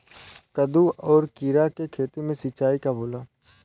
कदु और किरा के खेती में सिंचाई कब होला?